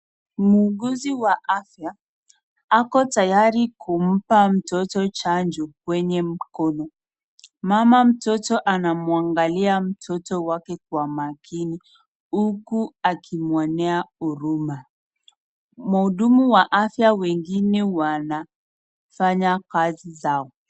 Muuguzi wa afya ako tayari kumpa mtoto chanjo kwenye mkono, mama mtoto anamuangalia mtoto wake kwa umakini huku akimuonea huruma, muhudumu wengine Wa afya wanafanya kazi zao.